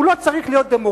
הוא לא צריך להיות דמוקרט,